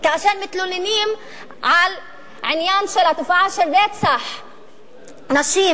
כאשר מתלוננים על התופעה של רצח נשים,